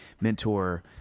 mentor